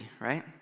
Right